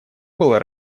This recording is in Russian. было